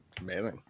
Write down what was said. Amazing